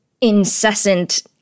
incessant